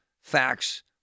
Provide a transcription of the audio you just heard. facts